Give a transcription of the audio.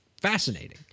fascinating